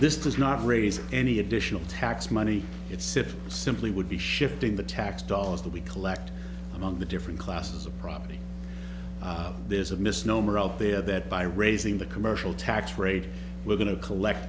this does not raise any additional tax money it's simply would be shifting the tax dollars that we collect among the different classes of property there's a misnomer out there that by raising the commercial tax rate we're going to collect